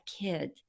kid